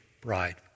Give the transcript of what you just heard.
bride